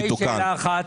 אוקיי, שאלה אחת.